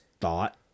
thought